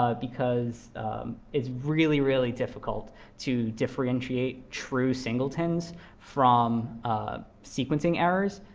ah because it's really, really difficult to differentiate true singletons from sequencing errors,